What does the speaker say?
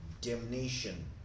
damnation